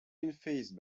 unfazed